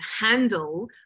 handle